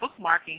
bookmarking